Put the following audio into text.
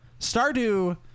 stardew